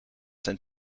zijn